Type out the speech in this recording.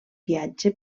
viatge